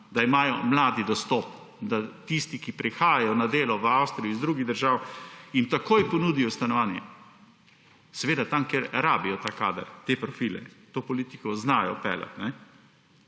da imajo mladi dostop, da tistim, ki prihajajo na delo v Avstrijo iz drugih držav, takoj ponudijo stanovanje. Seveda tam, kjer potrebujejo ta kader, te profile. To politiko znajo peljati.